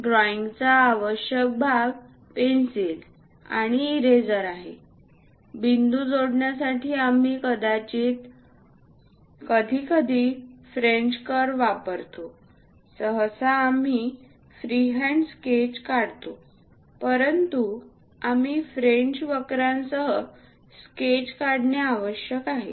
ड्रॉईंगचा आवश्यक भाग पेन्सिल आणि इरेज़र आहे बिंदू जोडण्यासाठी आम्ही क्वचितच फ्रेंच वक्र वापरतो सहसा आम्ही फ्रीहँड स्केच काढतो परंतु आम्ही फ्रेंच वक्रांसह स्केच काढणे आवश्यक आहे